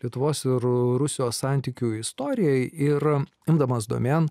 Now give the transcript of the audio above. lietuvos ir rusijos santykių istorijai ir imdamas domėn